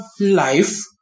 life